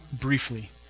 briefly